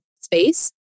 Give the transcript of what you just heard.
space